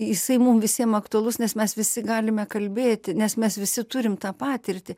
jisai mum visiem aktualus nes mes visi galime kalbėti nes mes visi turim tą patirtį